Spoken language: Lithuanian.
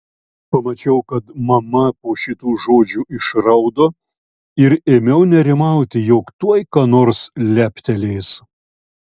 pamačiau kad mama po šitų žodžių išraudo ir ėmiau nerimauti jog tuoj ką nors leptelės